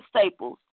Staples